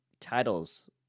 titles